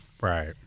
Right